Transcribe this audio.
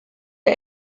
der